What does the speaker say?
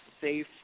safe